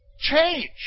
Change